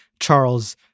Charles